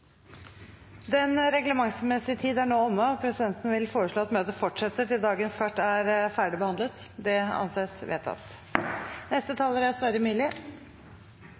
Den reglementsmessige tiden for Stortingets møte er nå omme, og presidenten vil foreslå at møtet fortsetter til sakene på dagens kart er ferdigbehandlet. – Det anses vedtatt.